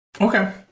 Okay